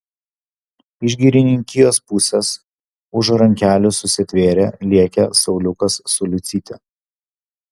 iš girininkijos pusės už rankelių susitvėrę lėkė sauliukas su liucyte